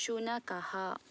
शुनकः